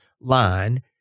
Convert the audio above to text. line